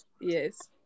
Yes